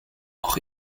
auch